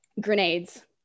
grenades